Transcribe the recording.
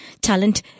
talent